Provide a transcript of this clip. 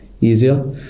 easier